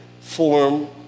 form